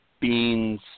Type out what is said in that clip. beans